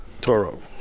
Toro